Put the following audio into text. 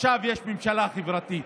עכשיו יש ממשלה חברתית.